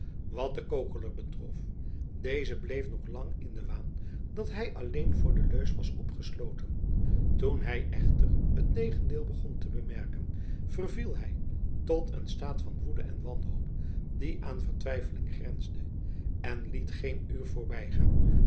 wat den kokeler betrof deze bleef nog lang in den waan dat hij alleen voor de leus was opgesloten toen hij echter het tegendeel begon te bemerken verviel hij tot een staat van woede en wanhoop die aan vertwijfeling grensde en liet geen uur voorbijgaan